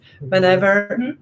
whenever